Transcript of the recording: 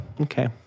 okay